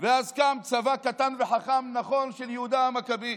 ואז קם צבא קטן וחכם, נכון, של יהודה המכבי,